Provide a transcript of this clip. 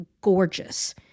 gorgeous